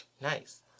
nice